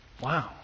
wow